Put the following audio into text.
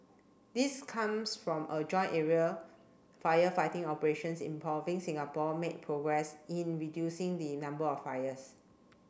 this comes from a join aerial firefighting operations involving Singapore made progress in reducing the number of fires